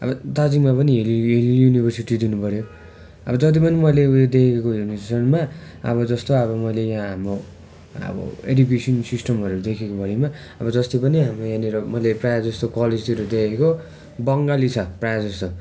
अब दार्जिलिङमा पनि हिल युनिभर्सिटी दिनु पऱ्यो अब जति पनि मेलै उयो देखेको हिल स्टेसनमा अब जस्तो अब मैले यहाँ हाम्रो अब एड्युकेसन सिस्टमहरू देखेको भरिमा अब जस्तो पनि हाम्रो यहाँनिर मैले प्राय जस्तो कलेजहेरू देखेको बङ्गाली छ प्राय जस्तो